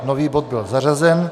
Nový bod byl zařazen.